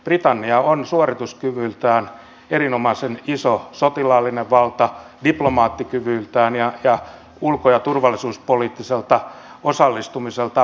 britannia on suorituskyvyltään diplomaattikyvyltään ja ulko ja turvallisuuspoliittiselta osallistumiseltaan erinomaisen iso sotilaallinen valta